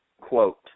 quote